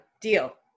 Deal